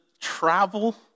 travel